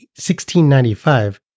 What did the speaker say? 1695